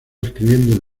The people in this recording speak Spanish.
escribiendo